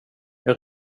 jag